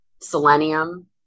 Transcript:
selenium